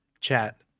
Chat